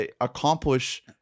accomplish